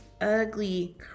ugly